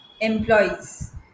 employees